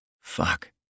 Fuck